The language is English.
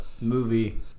movie